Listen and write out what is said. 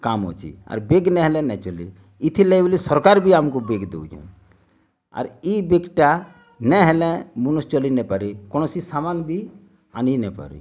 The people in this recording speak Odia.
କାମ୍ ଅଛି ଆର୍ ବେଗ୍ ନାଇଁ ହେଲେ ନାଇଁ ଚଲେ ଏଥିର୍ ଲାଗି ବୋଲି ସରକାର୍ ବି ଆମକୁ ବେଗ୍ ଦଉଛନ୍ ଆର୍ ଏଇ ବେଗ୍ଟା ନାଇଁ ହେଲେ ମନୁଷ୍ ଚଲି ନାଇଁ ପାରି କୌଣସି ସାମାନ୍ ବି ଆନିନାଇଁ ପାରି